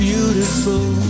Beautiful